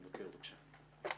המבקר, בבקשה.